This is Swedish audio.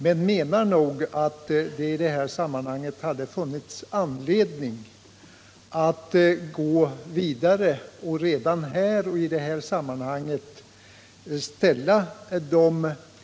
Jag menar dock att det i detta sammanhang också finns anledning att ställa de yrkanden om förbättringar som har framförts motionsvis.